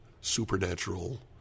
supernatural